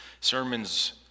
sermons